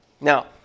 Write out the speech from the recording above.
Now